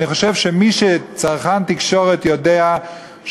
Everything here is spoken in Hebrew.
אני חושב שכל צרכן תקשורת יודע שמעט